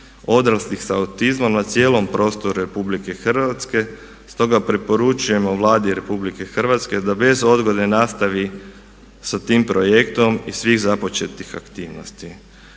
odraslih sa autizmom na cijelom prostoru Republike Hrvatske. Stoga preporučujemo Vladi Republike Hrvatske da bez odgode nastavi sa tim projektom i svih započetih aktivnosti.